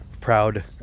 proud